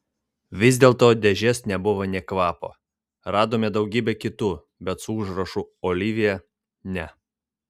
vis dėlto dėžės nebuvo nė kvapo radome daugybę kitų bet su užrašu olivija ne